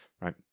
right